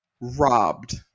Robbed